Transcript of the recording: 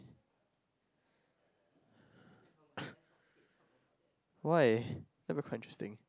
why let's me constructing